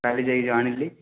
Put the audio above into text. କାଲି ଯାଇକି ଆଣିଲି